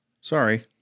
Sorry